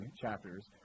chapters